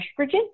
estrogen